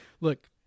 look